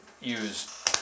use